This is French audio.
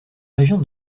région